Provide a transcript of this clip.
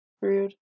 Rude